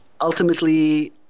ultimately